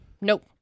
Nope